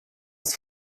ist